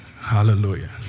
Hallelujah